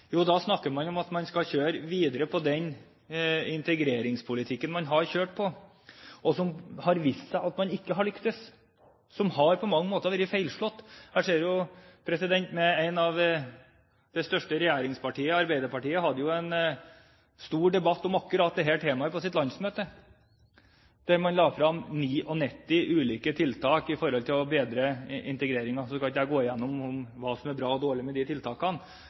Jo, da snakker man om at man skal kjøre videre på den integreringspolitikken man har kjørt, som har vist at man ikke har lyktes, som på mange måter har vært feilslått. Jeg ser at det største regjeringspartiet, Arbeiderpartiet, hadde en stor debatt om akkurat dette temaet på sitt landsmøte, der man la frem 99 ulike tiltak for å bedre integreringen. Nå skal ikke jeg gå gjennom hvilke som er bra og dårlige av de tiltakene,